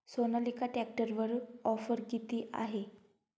सोनालिका ट्रॅक्टरवर ऑफर किती आहे?